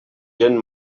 jean